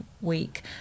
week